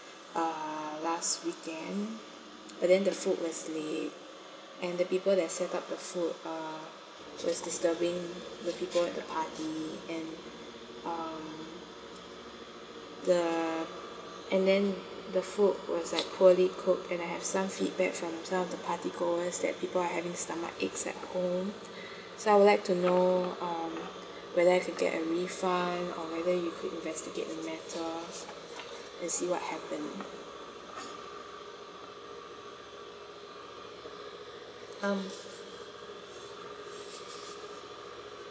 uh last weekend but then the food was late and the people that set up the food uh was disturbing the people at the party and um the and then the food was like poorly cooked and I have some feedback from some of the partygoers that people are having stomachaches at home so I would like to know um whether I can get a refund or whether you could investigate the matter and see what happened um